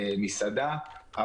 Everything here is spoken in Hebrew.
מסעדה.